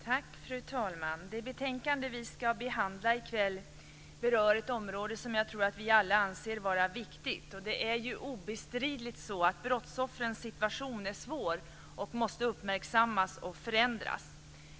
Fru talman! Det betänkande vi ska behandla i kväll berör ett område som jag tror att vi alla anser vara viktigt. Det är obestridligt så att brottsoffrens situation är svår och måste uppmärksammas och förändras.